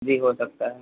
जी हो सकता है